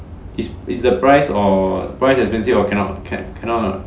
it's it's the price or price expensive or cannot can cannot lah